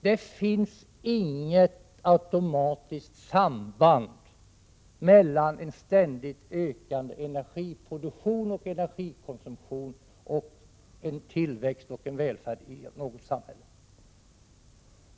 Det finns inget automatiskt samband mellan en ständigt ökande energiproduktion och energikonsumtion och en tillväxt och välfärd i något samhälle.